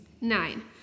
Nine